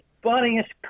funniest